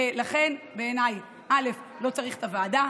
ולכן, בעיניי, לא צריך את הוועדה.